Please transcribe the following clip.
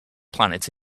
planet